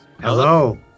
Hello